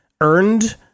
earned